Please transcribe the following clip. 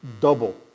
double